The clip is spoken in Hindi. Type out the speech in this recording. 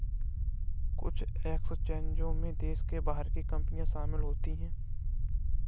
कुछ एक्सचेंजों में देश के बाहर की कंपनियां शामिल होती हैं